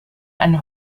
eine